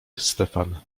stefan